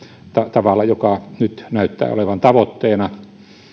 tavalla joka nyt näyttää olevan tavoitteena